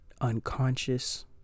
unconscious